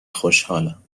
خوشحالم